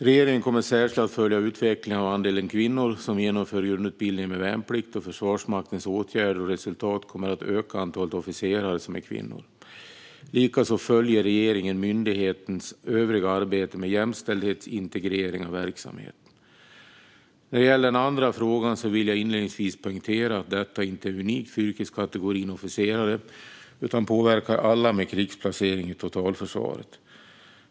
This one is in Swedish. Regeringen kommer särskilt att följa utvecklingen av andelen kvinnor som genomför grundutbildning med värnplikt och Försvarsmaktens åtgärder och resultat för att öka antalet officerare som är kvinnor. Likaså följer regeringen myndighetens övriga arbete med jämställdhetsintegrering av verksamheten. När det gäller den andra frågan vill jag inledningsvis poängtera att detta inte är unikt för yrkeskategorin officerare utan påverkar alla med krigsplacering i totalförsvaret.